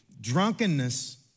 drunkenness